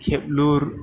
खेबलुर